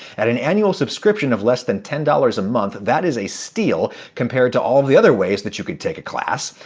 at an annual subscription of less than ten dollars a month, that is a steal, compared to all the other ways that you could take a class.